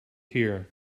here